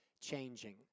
changing